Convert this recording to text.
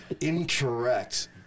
incorrect